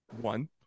one